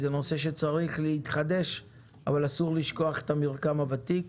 זה נושא שצריך להתחדש אבל אסור לשכוח את המרקם הוותיק,